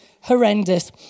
horrendous